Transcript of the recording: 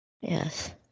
Yes